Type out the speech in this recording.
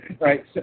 Right